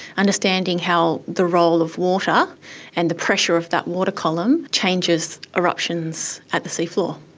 understanding how the role of water and the pressure of that water column changes eruptions at the seafloor.